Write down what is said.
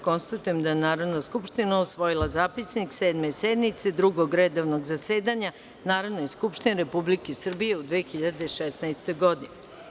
Konstatujem da je Narodna skupština usvojila Zapisnik Sedme sednice Drugog redovnog zasedanja Narodne skupštine Republike Srbije u 2016. godini.